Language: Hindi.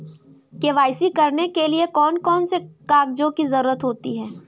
के.वाई.सी करने के लिए कौन कौन से कागजों की जरूरत होती है?